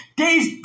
days